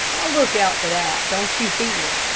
i'll look out for that, don't you fear!